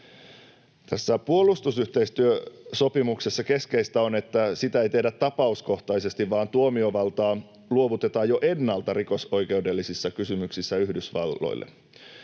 puolustusyhteistyösopimuksessa keskeistä on, että sitä ei tehdä tapauskohtaisesti, vaan tuomiovaltaa luovutetaan jo ennalta rikosoikeudellisissa kysymyksissä Yhdysvalloille.